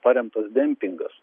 paremtos dempingas